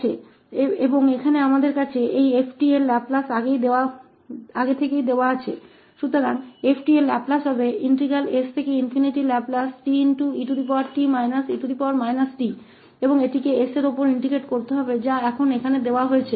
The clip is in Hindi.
तो 𝑓𝑡 का लैपलेस s से ∞ sintका लाप्लासअभिन्न होगा और इसे s पर एकीकृत करना होगा जो अभी यहां दिया गया है